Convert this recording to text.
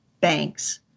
banks